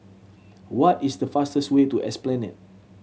what is the fastest way to Esplanade